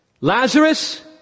Lazarus